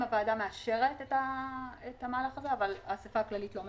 הוועדה מאשרת את המהלך הזה אבל האסיפה הכללית לא מאשרת?